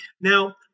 Now